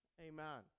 Amen